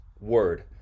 word